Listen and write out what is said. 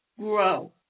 grow